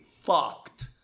fucked